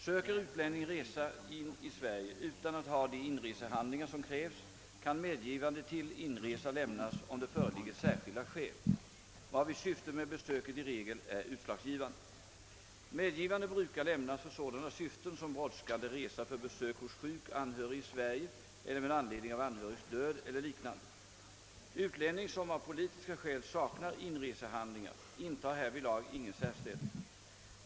Söker utlänning resa in i Sverige utan att ha de inresehandlingar som krävs kan medgivande till inresa lämnas om det föreligger särskilda skäl, varvid syftet med besöket i regel är utslagsgivande. Medgivande brukar lämnas för sådana syften som brådskande resa för besök hos sjuk anhörig i Sverige eller med anledning av anhörigs död eller liknande. Utlänning som av politiska skäl saknar inresehandlingar intar härvidlag ingen särställning.